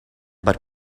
but